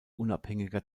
unabhängiger